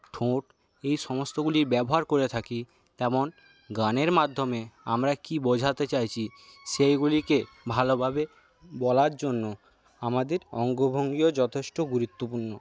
ঠোঁট এই সমস্তগুলির ব্যবহার করে থাকি তেমন গানের মাধ্যমে আমরা কি বোঝাতে চাইছি সেইগুলিকে ভালোভাবে বলার জন্য আমাদের অঙ্গভঙ্গিও যথেষ্ট গুরুত্বপূর্ণ